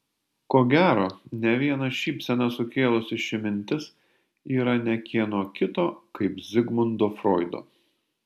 ko gero ne vieną šypseną sukėlusi ši mintis yra ne kieno kito kaip zigmundo froido